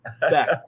back